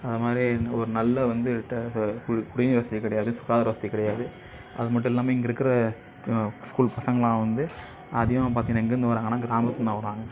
அதுமாதிரி ஒரு நல்ல வந்து குடிநீர் வசதி கிடையாது சுகாதார வசதி கிடையாது அது மட்டும் இல்லாமல் இங்கே இருக்கிற ஸ்கூல் பசங்கலாம் வந்து அதிகமாக பார்த்தீங்கனா எங்கேருந்து வராங்கன்னா கிராமத்திலருந்து வராங்க